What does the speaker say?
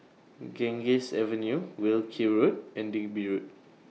Ganges Avenue Wilkie Road and Digby Road